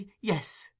yes